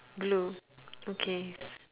blue okay